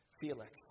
Felix